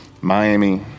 Miami